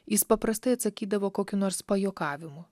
jis paprastai atsakydavo kokiu nors pajuokavimu